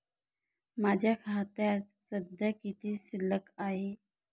माझ्या खात्यात सध्या किती शिल्लक आहे?